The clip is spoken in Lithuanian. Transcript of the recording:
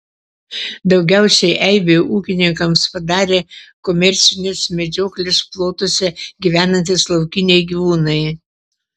daugiausiai eibių ūkininkams padarė komercinės medžioklės plotuose gyvenantys laukiniai gyvūnai